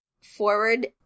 forward